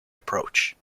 approach